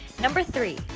number three,